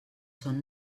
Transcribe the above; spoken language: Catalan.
són